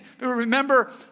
remember